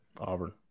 Auburn